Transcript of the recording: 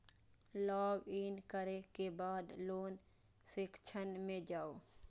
log in करै के बाद लोन सेक्शन मे जाउ